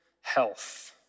health